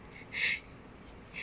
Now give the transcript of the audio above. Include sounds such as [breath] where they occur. [breath] [breath]